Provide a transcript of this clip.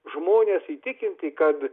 žmones įtikinti kad